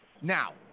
Now